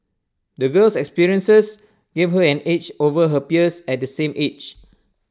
the girl's experiences gave her an edge over her peers at the same age